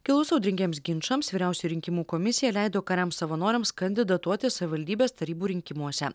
kilus audringiems ginčams vyriausioji rinkimų komisija leido kariams savanoriams kandidatuoti savivaldybės tarybų rinkimuose